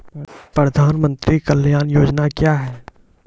प्रधानमंत्री कल्याण योजना क्या हैं?